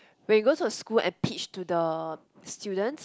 we go to school and pitch to the students